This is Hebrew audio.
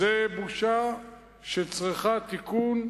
זו בושה שצריכה תיקון,